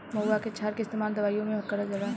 महुवा के क्षार के इस्तेमाल दवाईओ मे करल जाला